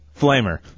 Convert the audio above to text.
Flamer